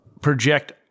project